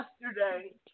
yesterday